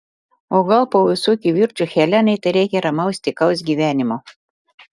o gal po visų kivirčų helenai tereikia ramaus tykaus gyvenimo